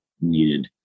needed